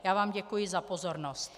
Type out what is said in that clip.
Já vám děkuji za pozornost.